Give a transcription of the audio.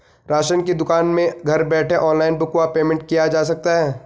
Ration की दुकान में घर बैठे ऑनलाइन बुक व पेमेंट किया जा सकता है?